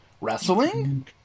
Wrestling